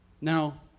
Now